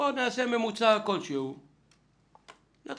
נעשה ממוצע כלשהו ונתחיל.